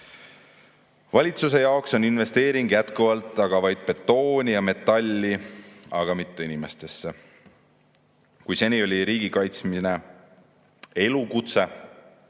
Valitsuse jaoks on investeering jätkuvalt aga vaid investeering betooni ja metalli, mitte inimestesse. Kui seni oli riigi kaitsmine elukutse,